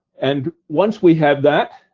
and once we have that,